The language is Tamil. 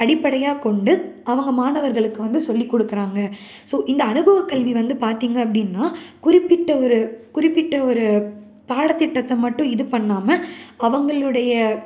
அடிப்படையாக கொண்டு அவங்க மாணவர்களுக்கு வந்து சொல்லி கொடுக்குறாங்க ஸோ இந்த அனுபவ கல்வி வந்து பார்த்திங்க அப்படின்னா குறிப்பிட்ட ஒரு குறிப்பிட்ட ஒரு பாடதிட்டத்தை மட்டும் இது பண்ணாமல் அவங்களுடைய